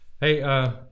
Hey